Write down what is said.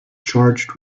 charged